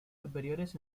superiores